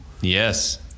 Yes